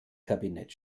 kabinett